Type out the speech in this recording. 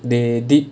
they did